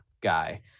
guy